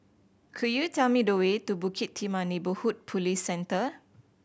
could you tell me the way to Bukit Timah Neighbourhood Police Centre